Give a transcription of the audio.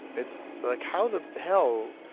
it's like how the hell,